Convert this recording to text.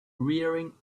rearing